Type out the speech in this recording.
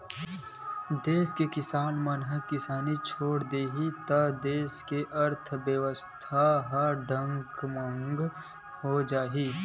देस के किसान मन किसानी छोड़ देही त देस के अर्थबेवस्था ह डगमगा जाही